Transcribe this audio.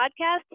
podcast